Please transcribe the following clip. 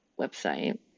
website